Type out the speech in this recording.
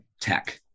tech